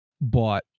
bought